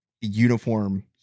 uniform